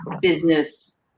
business